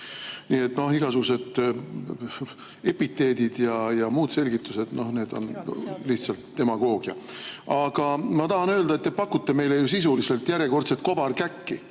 Nii et igasugused epiteedid ja muud selgitused on lihtsalt demagoogia. Aga ma tahan öelda, et te pakute meile ju sisuliselt järjekordset kobarkäkki.